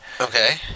Okay